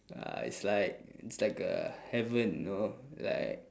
uh it's like it's like a heaven you know like